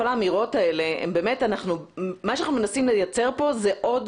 כל האמירות האלה מה שאנחנו מנסים לייצר פה זה עוד